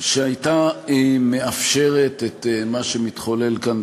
שהייתה מאפשרת את מה שמתחולל כאן,